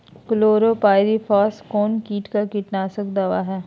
Chlorpyrifos कौन किट का कीटनाशक दवा है?